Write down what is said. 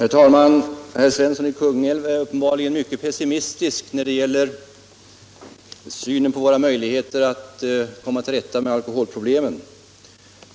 Herr talman! Herr Svensson i Kungälv är uppenbarligen mycket pessimistisk när det gäller våra möjligheter att komma till rätta med alkoholproblemen.